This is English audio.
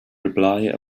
reply